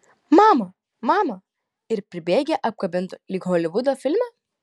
mama mama ir pribėgę apkabintų lyg holivudo filme